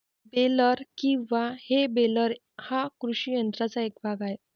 baler किंवा हे baler हा कृषी यंत्राचा एक भाग आहे